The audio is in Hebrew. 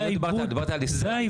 זה העיוות שקיים.